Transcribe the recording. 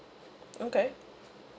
okay